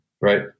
right